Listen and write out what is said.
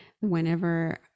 whenever